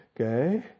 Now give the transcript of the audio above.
Okay